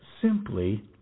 simply